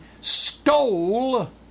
stole